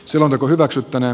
selonteko hylätään